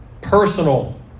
personal